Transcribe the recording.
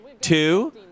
two